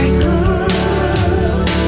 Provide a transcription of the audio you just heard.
good